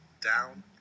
Down